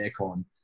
aircon